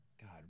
god